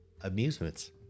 amusements